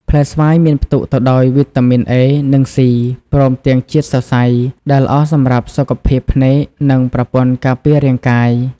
ផ្លែស្វាយមានផ្ទុកទៅដោយវីតាមីន A និង C ព្រមទាំងជាតិសរសៃ ដែលល្អសម្រាប់សុខភាពភ្នែក និងប្រព័ន្ធការពាររាងកាយ។